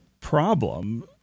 problem